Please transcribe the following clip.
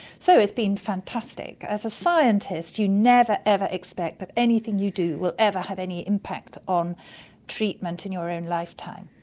so it's been fantastic. as a scientist you never, ever expect that but anything you do will ever have any impact on treatment in your own lifetime,